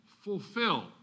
fulfill